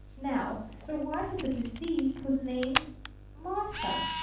now the wife of the deceased was named martha.